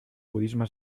budisme